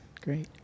Great